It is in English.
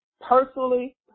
Personally